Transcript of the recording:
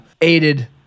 aided